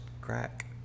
crack